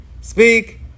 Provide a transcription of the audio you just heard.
speak